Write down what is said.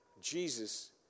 Jesus